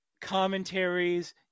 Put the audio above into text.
commentaries